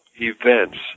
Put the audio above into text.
events